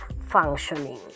functioning